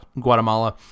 Guatemala